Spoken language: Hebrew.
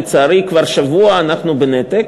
לצערי, כבר שבוע אנחנו בנתק,